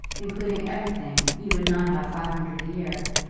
including everything, you would not have five hundred a year,